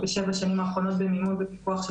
בשבע השנים האחרונות בניהול ופיקוח של